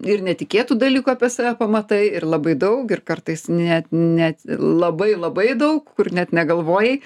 ir netikėtų dalykų apie save pamatai ir labai daug ir kartais net net labai labai daug kur net negalvojai